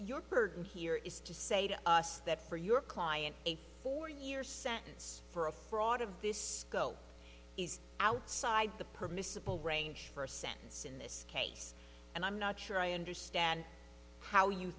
your burden here is to say to us that for your client a four year sentence for a fraud of this go is outside the permissible range for a sentence in this case and i'm not sure i understand how you